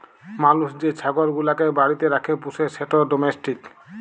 মালুস যে ছাগল গুলাকে বাড়িতে রাখ্যে পুষে সেট ডোমেস্টিক